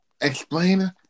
explain